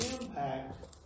impact